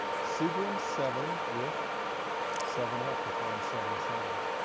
segrum seven with seven up. they call em seven seven